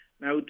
now